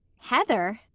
heather!